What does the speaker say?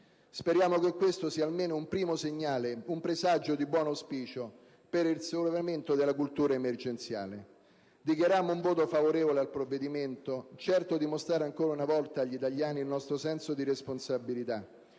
Speriamo che questo sia un primo segnale, un presagio di buon auspicio per il superamento della cultura emergenziale. Dichiariamo dunque un voto favorevole al provvedimento, certi di mostrare ancora una volta agli italiani il nostro senso di responsabilità,